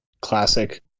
Classic